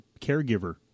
caregiver